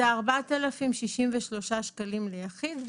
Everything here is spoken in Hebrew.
זה 4063 שקלים ליחיד,